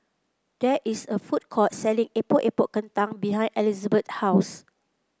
there is a food court selling Epok Epok Kentang behind Elizbeth's house